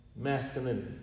masculinity